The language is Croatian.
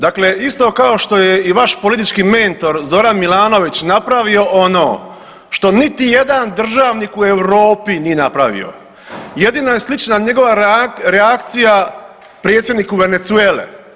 Dakle isto kao što je i vaš politički mentor Zoran Milanović napravio ono što niti jedan državnik u Europi nije napravio, jedino je slična njegova reakcija predsjedniku Venezuele.